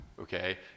okay